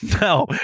No